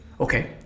Okay